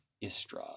Istra